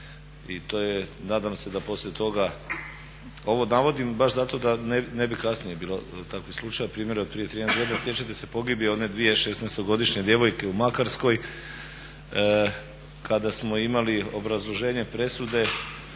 i to je nadam se da poslije toga ovo navodim baš zato da ne bi kasnije bilo takvih slučajeva. Primjer od 13 godina sjećate se pogibije one dvije šesnaestogodišnje djevojke u Makarskoj kada smo imali obrazloženje presude,